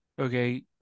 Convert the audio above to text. okay